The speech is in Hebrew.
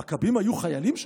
המכבים היו חיילים?